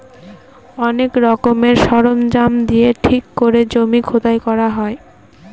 অনেক রকমের সরঞ্জাম দিয়ে ঠিক করে জমি খোদাই করা হয়